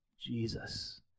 Jesus